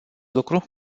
lucru